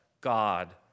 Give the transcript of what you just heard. God